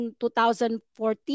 2014